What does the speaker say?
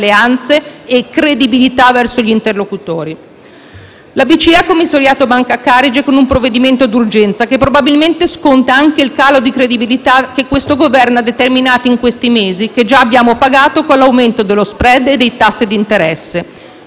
alleanze e credibilità verso gli interlocutori. La BCE ha commissariato Banca Carige con un provvedimento d'urgenza, che probabilmente sconta anche il calo di credibilità che questo Governo ha determinato in questi mesi, che già abbiamo pagato con l'aumento dello *spread* e dei tassi di interesse.